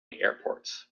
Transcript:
airports